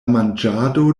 manĝado